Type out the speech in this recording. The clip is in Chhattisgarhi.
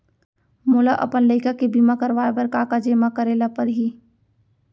मोला अपन लइका के बीमा करवाए बर का का जेमा करे ल परही?